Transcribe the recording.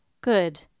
good